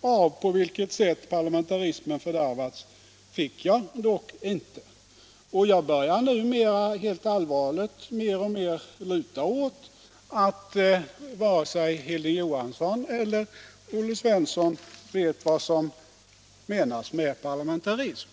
av på vilket sätt parlamentarismen fördärvats fick jag dock inte. Jag börjar numera helt allvarligt mer och mer luta åt att varken Hilding Johansson eller Olle Svensson vet vad som menas med parlamentarism.